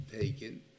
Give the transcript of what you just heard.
taken